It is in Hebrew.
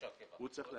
לא תושב קבע?